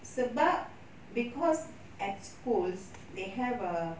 sebab because at schools they have err